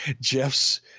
Jeff's